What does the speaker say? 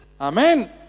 Amen